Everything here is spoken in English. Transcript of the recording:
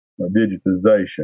digitization